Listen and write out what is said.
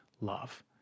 love